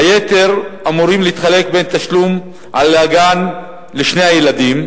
היתר אמור להתחלק בין תשלום על הגן לשני הילדים".